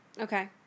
okay